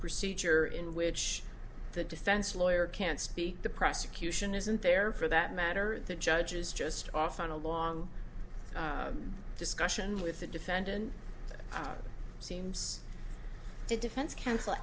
procedure in which the defense lawyer can't speak the prosecution isn't there for that matter or the judge is just off on a long discussion with the defendant seems to defense counsel